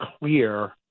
clear